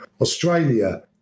Australia